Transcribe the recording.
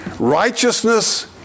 Righteousness